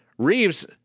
Reeves